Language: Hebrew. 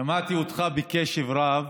שמעתי אותך בקשב רב.